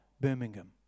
Birmingham